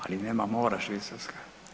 Ali nema mora Švicarska.